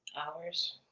hours,